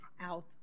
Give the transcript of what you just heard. out